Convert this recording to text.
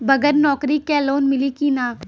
बगर नौकरी क लोन मिली कि ना?